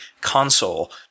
console